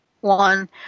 one